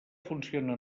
funciona